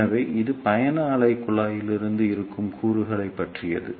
எனவே இது பயண அலைக் குழாய்களில் இருக்கும் கூறுகளைப் பற்றியது